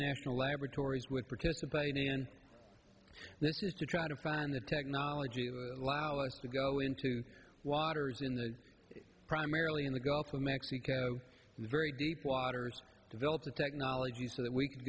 national laboratories were participating in this is to try to find the technology allow us to go into waters in the primarily in the gulf of mexico very deep waters develop the technology so that we can